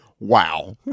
Wow